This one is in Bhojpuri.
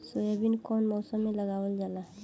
सोयाबीन कौने मौसम में लगावल जा?